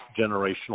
generational